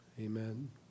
Amen